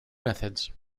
methods